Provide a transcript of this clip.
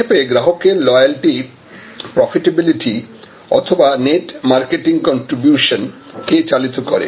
সংক্ষেপে গ্রাহকের loyalty profitability অথবা নেট মারকেটিং কন্ট্রিবিউশন কি চালিত করে